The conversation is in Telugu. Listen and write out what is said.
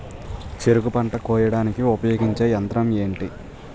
చెరుకు పంట కోయడానికి ఉపయోగించే యంత్రం ఎంటి?